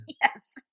Yes